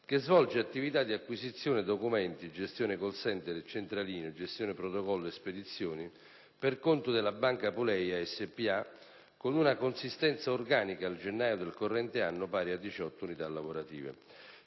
che svolge attività di acquisizione documenti, gestione *call-center* e centralino, gestione protocollo e spedizioni per conto della Banca Apuleia SpA, con una consistenza organica, al gennaio del corrente anno, pari a 18 unità lavorative.